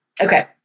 Okay